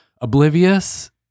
Oblivious